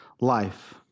life